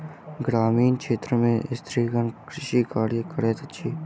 ग्रामीण क्षेत्र में स्त्रीगण कृषि कार्य करैत अछि